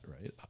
right